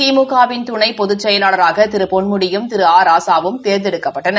திமுக வின் துணைப் பொதுச்செயலாளராக திரு பொன்முடியும் திரு ஆ ராசாவும் தேர்ந்தெடுக்கப்பட்டனர்